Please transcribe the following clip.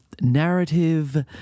narrative